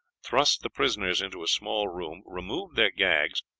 thrust the prisoners into a small room, removed their gags,